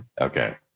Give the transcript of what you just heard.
okay